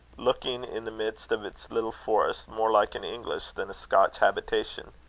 looking, in the midst of its little forest, more like an english than a scotch habitation.